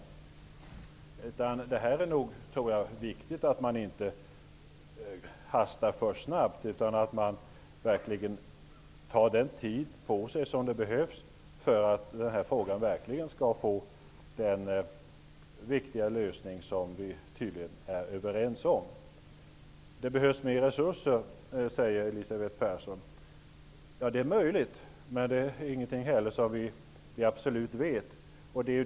Jag tror alltså att det är viktigt att man inte går fram för snabbt. Man måste i stället verkligen ta den tid på sig som behövs för att den här frågan verkligen skall få den viktiga lösning som vi tydligen är överens. Det behövs mer av resurser, säger Elisabeth Persson. Ja, det är möjligt -- vi vet alltså inte det med absolut säkerhet.